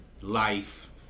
life